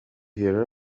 hear